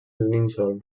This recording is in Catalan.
nínxol